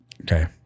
okay